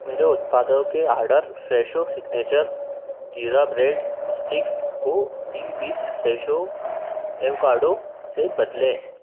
मेरे उत्पाद के order Fresho signature jeera bread sticks को तीन फ़्रेशो एवोकाडो से बदलें